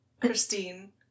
Christine